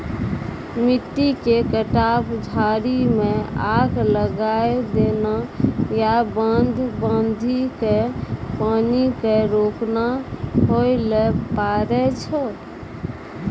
मिट्टी के कटाव, झाड़ी मॅ आग लगाय देना या बांध बांधी कॅ पानी क रोकना होय ल पारै छो